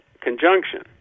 conjunction